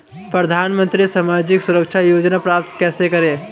प्रधानमंत्री सामाजिक सुरक्षा योजना प्राप्त कैसे करें?